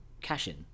cash-in